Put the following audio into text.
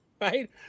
right